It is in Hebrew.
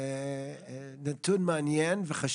זה מעניין אנשים כמוני.